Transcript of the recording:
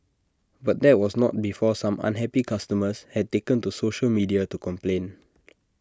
but that was not before some unhappy customers had taken to social media to complain